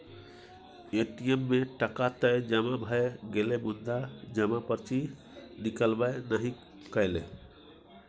ATM मे टका तए जमा भए गेलै मुदा जमा पर्ची निकलबै नहि कएलै